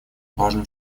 важным